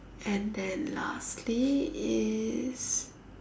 and then lastly is